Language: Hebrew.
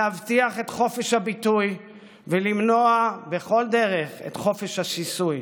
להבטיח את חופש הביטוי ולמנוע בכל דרך את חופש השיסוי.